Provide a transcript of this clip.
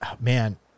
man